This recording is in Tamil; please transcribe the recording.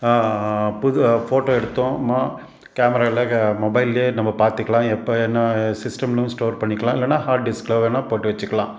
புது ஃபோட்டோ எடுத்தோமா கேமரா இல்லை க மொபைல்லேயே நம்ம பார்த்துக்கலாம் எப்போ என்ன சிஸ்டம்லேயும் ஸ்டோர் பண்ணிக்கலாம் இல்லைனா ஹார்ட் டிஸ்க்கில் வேணால் போட்டு வெச்சுக்கலாம்